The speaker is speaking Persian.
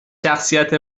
شخصیت